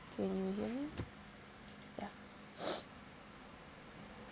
can you hear me ya